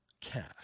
cash